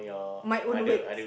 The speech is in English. my own words